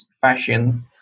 fashion